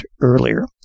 earlier